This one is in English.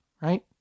right